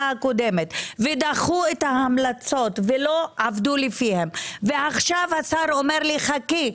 הקודמת ודחו את ההמלצות ולא עבדו לפיהן ועכשיו השר אומר לי: חכי,